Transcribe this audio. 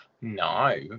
No